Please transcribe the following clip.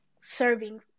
serving